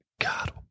God